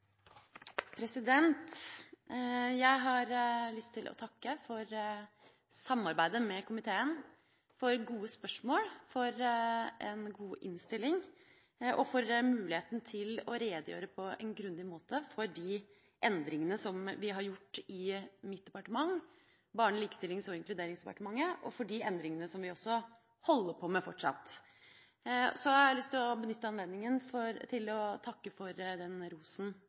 for muligheten til å redegjøre på en grundig måte for de endringene vi har gjort i mitt departement, Barne-, likestillings- og inkluderingsdepartementet, og for de endringene som vi også holder på med fortsatt. Jeg har lyst til å benytte anledninga til å takke for den rosen